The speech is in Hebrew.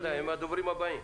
הם הדוברים הבאים.